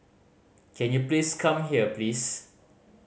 can you please come here please